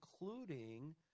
including